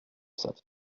savent